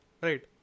right